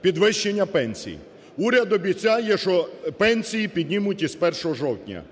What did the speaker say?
підвищення пенсій. Уряд обіцяє, що пенсії піднімуть з 1 жовтня.